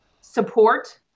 support